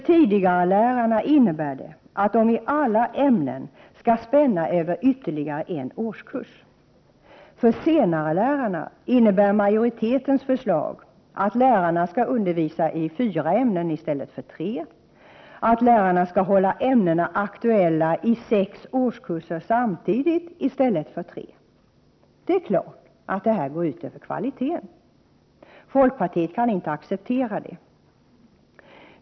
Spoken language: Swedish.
Tidigarelärarna skall i alla ämnen spänna över ytterligare en årskurs, och senarelärarna skall undervisa i fyra ämnen i stället för tre och hålla ämnena aktuella i sex årskurser samtidigt i stället för tre. Det är klart att detta går ut över kvaliteten. Folkpartiet kan inte acceptera det.